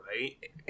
right